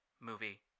movie